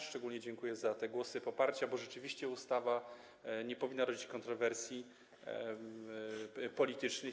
Szczególnie dziękuję za te głosy poparcia, bo rzeczywiście ustawa nie powinna budzić kontrowersji politycznych.